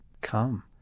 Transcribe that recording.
come